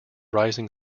rising